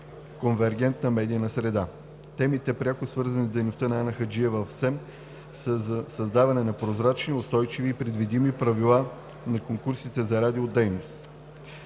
конвергентна медийна среда. Темите, пряко свързани с дейността на Анна Хаджиева в СЕМ, са за създаване на прозрачни, устойчиви и предвидими правила на конкурсите за радио дейност;